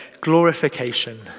glorification